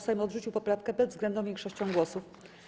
Sejm odrzucił poprawkę bezwzględną większością głosów.